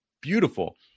beautiful